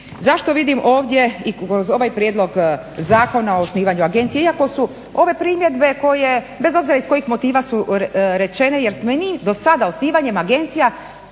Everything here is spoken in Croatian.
Zašto vidim ovdje i kroz ovaj prijedlog Zakona o osnivanju agencije iako su ove primjedbe koje bez obzira iz kojih motiva su rečene jer smo i mi dosada osnivanjem agencija